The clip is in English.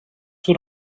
what